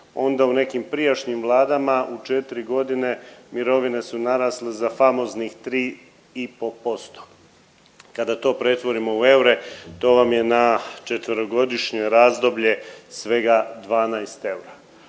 onda u nekim prijašnjim vladama u 4 godine mirovine su narasle za famoznih 3,5%. Kada to pretvorimo u eure to vam je na četverogodišnje razdoblje svega 12 eura.